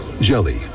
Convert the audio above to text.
Jelly